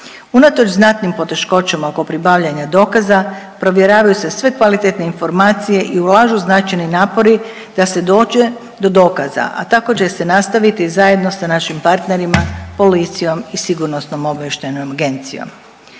Unatoč znatnim poteškoćama oko pribavljanja dokaza, provjeravaju se sve kvalitetne informacije i ulažu značajni napori da se dođe do dokaza, a tako će se nastaviti i zajedno sa našim partnerima, policijom i SOA-om. U '21. zaprimljeno